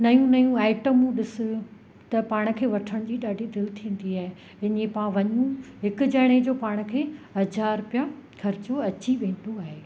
नयूं नयूं आइटमूं ॾिस त पाण खे वठण जी ॾाढी दिलि थींदी आहे हिन जे पा वञु हिकु ॼणे जो पाण खे हज़ार रुपया ख़र्चो अची वेंदो आहे